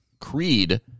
Creed